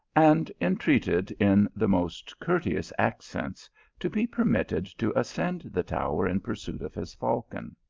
and entreated in the most courteous accents to be permitted to ascend the tower in pursuit of his falcon.